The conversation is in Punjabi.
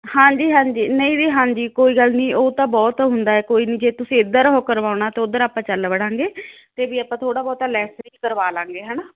ਹਾਂਜੀ ਹਾਂਜੀ ਨਹੀਂ ਦੀਦੀ ਹਾਂਜੀ ਕੋਈ ਗੱਲ ਨਹੀਂ ਉਹ ਤਾਂ ਬਹੁਤ ਹੁੰਦਾ ਹੈ ਕੋਈ ਨਹੀਂ ਜੇ ਤੁਸੀਂ ਇੱਧਰ ਉਹ ਕਰਵਾਉਣਾ ਤਾਂ ਉੱਧਰ ਆਪਾਂ ਚੱਲ ਵੜਾਂਗੇ ਅਤੇ ਵੀ ਆਪਾਂ ਥੋੜ੍ਹਾ ਬਹੁਤਾ ਲੈਸ ਵੀ ਕਰਵਾ ਲਵਾਂਗੇ ਹੈ ਨਾ